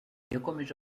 yakomeje